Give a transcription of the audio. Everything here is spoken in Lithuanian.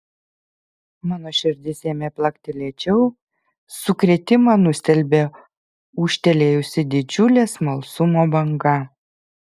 mano širdis ėmė plakti lėčiau sukrėtimą nustelbė ūžtelėjusi didžiulė smalsumo banga